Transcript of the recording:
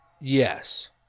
yes